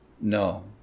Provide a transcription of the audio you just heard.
no